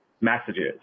messages